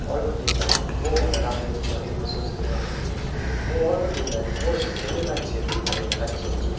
अर्को टिमलाई मभन्दा राम्रो भनिकन सोच्दिनँ म अर्को टिमलाई म जस्तो खेल्ने मान्छेहरू भनेर खालि सोच्छु